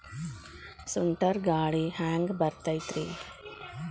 ಸುಂಟರ್ ಗಾಳಿ ಹ್ಯಾಂಗ್ ಬರ್ತೈತ್ರಿ?